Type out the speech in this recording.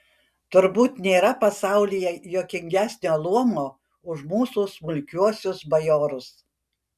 turbūt nėra pasaulyje juokingesnio luomo už mūsų smulkiuosius bajorus